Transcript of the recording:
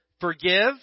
forgive